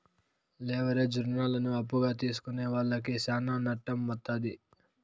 leverage రుణాలను అప్పుగా తీసుకునే వాళ్లకి శ్యానా నట్టం వత్తాది